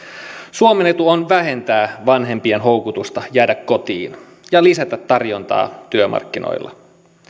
suomen etu on vähentää vanhempien houkutusta jäädä kotiin ja lisätä tarjontaa työmarkkinoilla